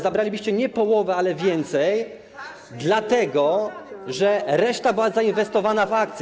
Zabralibyście nie połowę, ale więcej, dlatego że reszta była zainwestowana w akcje.